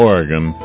Oregon